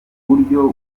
buryo